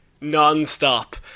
non-stop